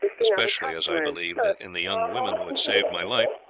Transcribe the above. especially as i believed that in the young women who had saved my life,